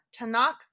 Tanakh